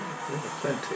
plenty